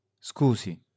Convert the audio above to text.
scusi